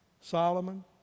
Solomon